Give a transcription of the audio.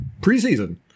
preseason